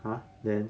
!huh! then